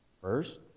First